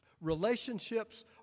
Relationships